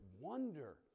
wonder